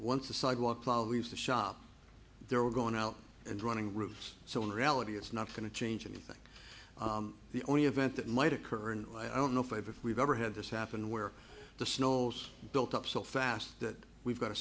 once the sidewalk clouds to shop there we're going out and running routes so in reality it's not going to change anything the only event that might occur and i don't know if we've ever had this happen where the snows built up so fast that we've got to